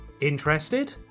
Interested